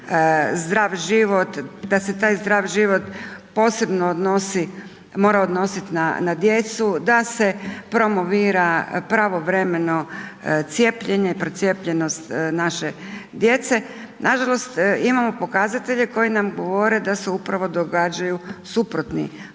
zdrav život, da se taj zdrav život posebno odnosi mora odnositi na djecu, da se promovira pravovremeno cijepljenje i procijepljenost naše djece. Nažalost imamo pokazatelje koji nam govore da se upravo događaju suprotni procesi